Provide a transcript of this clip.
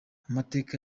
amateka